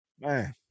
man